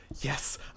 yes